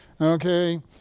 Okay